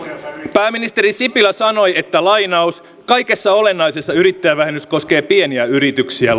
pääministeri sipilä sanoi että kaikessa olennaisessa yrittäjävähennys koskee pieniä yrityksiä